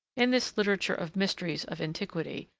in this literature of mysteries of iniquity,